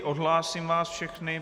Odhlásím vás všechny.